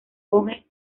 vogue